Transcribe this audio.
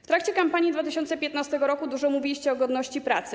W trakcie kampanii 2015 r. dużo mówiliście o godności pracy.